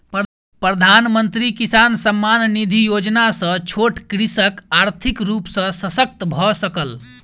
प्रधानमंत्री किसान सम्मान निधि योजना सॅ छोट कृषक आर्थिक रूप सॅ शशक्त भअ सकल